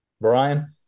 Brian